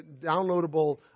downloadable